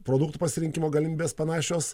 produktų pasirinkimo galimybės panašios